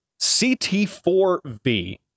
CT4V